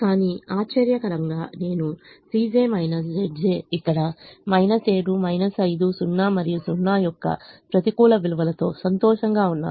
కానీ ఆశ్చర్యకరంగా నేను ఇక్కడ 7 5 0 మరియు 0 యొక్క ప్రతికూల విలువలతో సంతోషంగా ఉన్నాను